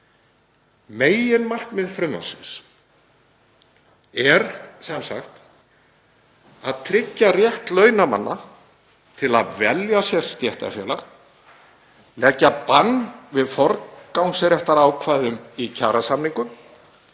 Meginmarkmið frumvarpsins er sem sagt að tryggja rétt launamanna til að velja sér stéttarfélag, leggja bann við forgangsréttarákvæðum í kjarasamningum,